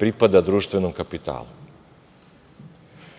pripada društvenom kapitalu.